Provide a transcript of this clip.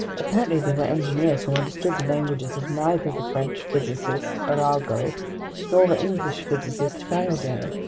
apparently they were engineers who understood the languages of neither the french physicist arago nor the english physicist faraday.